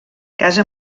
casa